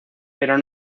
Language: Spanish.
pero